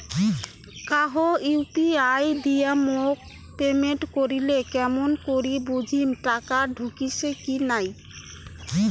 কাহো ইউ.পি.আই দিয়া মোক পেমেন্ট করিলে কেমন করি বুঝিম টাকা ঢুকিসে কি নাই?